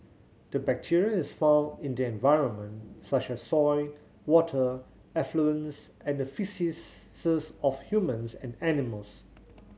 the bacteria is found in the environment such as soil water effluents and the faeces of humans and animals